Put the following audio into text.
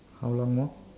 how long more